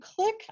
click